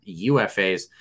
UFAs